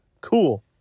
Cool